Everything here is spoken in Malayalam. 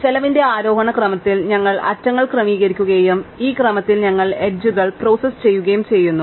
ചെലവിന്റെ ആരോഹണ ക്രമത്തിൽ ഞങ്ങൾ അറ്റങ്ങൾ ക്രമീകരിക്കുകയും ഈ ക്രമത്തിൽ ഞങ്ങൾ അറ്റങ്ങൾ പ്രോസസ്സ് ചെയ്യുകയും ചെയ്യുന്നു